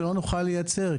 לא נוכל לייצר.